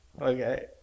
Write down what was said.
Okay